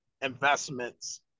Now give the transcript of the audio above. investments